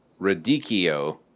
radicchio